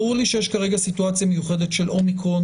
ברור לי שיש כרגע סיטואציה מיוחדת של אומיקרון